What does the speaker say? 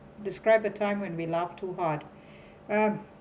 describe a time when we laugh too hard um